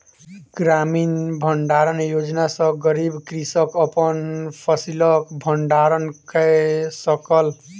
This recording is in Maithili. ग्रामीण भण्डारण योजना सॅ गरीब कृषक अपन फसिलक भण्डारण कय सकल